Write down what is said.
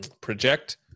project